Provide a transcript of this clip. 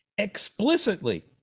explicitly